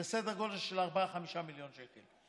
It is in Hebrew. זה סדר גודל של 5-4 מיליון שקל.